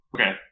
Okay